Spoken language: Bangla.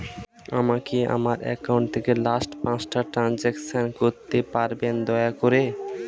আমাকে আমার অ্যাকাউন্ট থেকে লাস্ট পাঁচটা ট্রানজেকশন দেখাতে পারবেন দয়া করে